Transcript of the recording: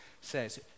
says